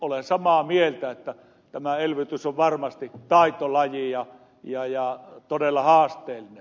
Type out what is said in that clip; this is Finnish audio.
olen samaa mieltä että tämä elvytys on varmasti taitolaji ja todella haasteellinen